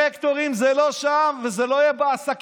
בדירקטורים זה לא שם, וזה לא יהיה בעסקים,